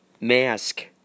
mask